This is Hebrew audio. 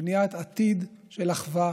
לבניית עתיד של אחווה